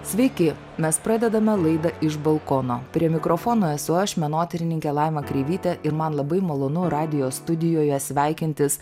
sveiki mes pradedame laidą iš balkono prie mikrofono esu aš menotyrininkė laima kreivytė ir man labai malonu radijo studijoje sveikintis